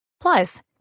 plus